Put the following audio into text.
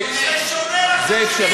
זה שונה לחלוטין.